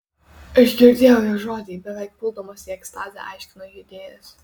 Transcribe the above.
aš girdėjau jo žodį beveik puldamas į ekstazę aiškino judėjas